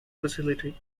facility